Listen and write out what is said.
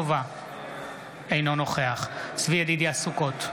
אינו נוכח צבי ידידיה סוכות,